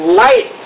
light